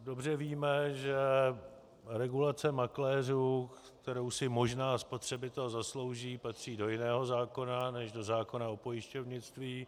Dobře víme, že regulace makléřů, kterou si možná spotřebitel zaslouží, patří do jiného zákona než do zákona o pojišťovnictví.